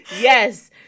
Yes